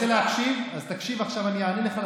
רדיפת החברה הערבית בנגב.